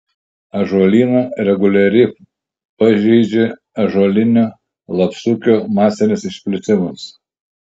ąžuolyną reguliariai pažeidžia ąžuolinio lapsukio masinis išplitimas